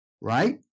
Right